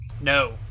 No